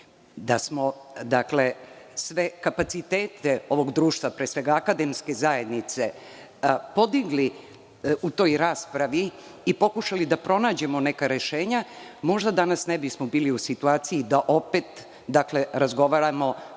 da smo sve kapacitete ovog društva, pre svega akademske zajednice, podigli u toj raspravi i pokušali da pronađemo neka rešenja, možda danas ne bismo bili u situaciji da opet razgovaramo